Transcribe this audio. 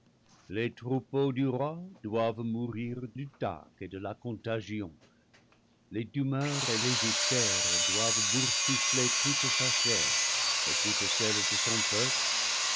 les troupeaux du roi doivent mourir du tac et de la contagion les tumeurs et les ulcères doivent boursoufler toute sa chair et toute celle de son peuple